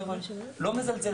לא מזלזל,